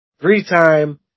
Three-time